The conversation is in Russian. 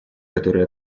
которые